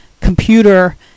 computer